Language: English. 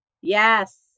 Yes